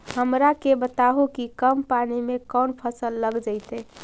हमरा के बताहु कि कम पानी में कौन फसल लग जैतइ?